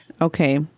Okay